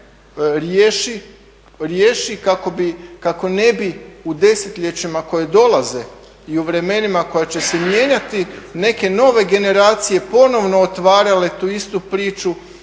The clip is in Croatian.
riješi kako ne bi u desetljećima koja dolaze i u vremenima koja će se mijenjati, neke nove generacije ponovno otvarale tu istu priču,